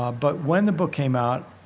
ah but when the book came out,